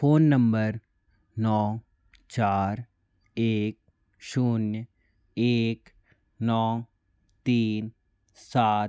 phone number नौ चार एक शून्य एक नौ तीन सात